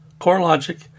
CoreLogic